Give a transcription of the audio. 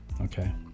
okay